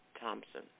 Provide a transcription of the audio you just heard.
Thompson